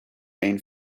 been